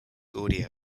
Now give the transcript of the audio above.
audio